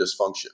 dysfunction